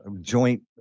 joint